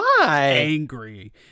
angry